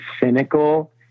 cynical